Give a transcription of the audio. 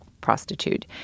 prostitute